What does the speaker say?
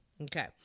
Okay